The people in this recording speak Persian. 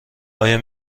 آیا